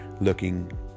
looking